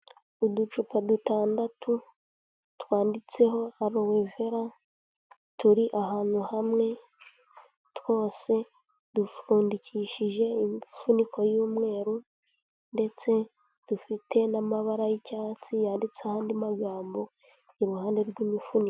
Uducupa dutandatu twanditseho Aloe Vera, turi ahantu hamwe twose, dupfundikishije imifuniko y'umweru ndetse dufite n'amabara y'icyatsi yanditseho andi magambo iruhande rw'imifuniko.